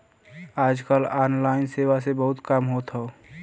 आज कल ऑनलाइन सेवा से बहुत काम होत हौ